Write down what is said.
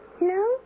No